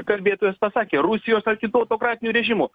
kalbėtojas pasakė rusijos ar kitu autokratiniu režimu